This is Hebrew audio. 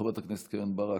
חברת הכנסת קרן ברק,